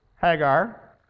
Hagar